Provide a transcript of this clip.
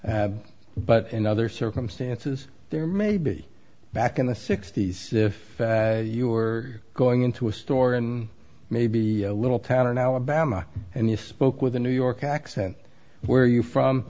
but in other circumstances there may be back in the sixty's if you were going into a store and maybe a little town in alabama and you spoke with a new york accent where you from